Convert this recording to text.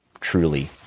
truly